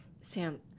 Sam